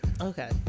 okay